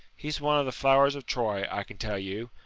he's one of the flowers of troy, i can tell you.